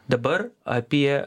dabar apie